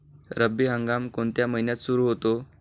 रब्बी हंगाम कोणत्या महिन्यात सुरु होतो?